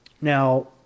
Now